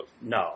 No